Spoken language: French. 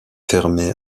fermé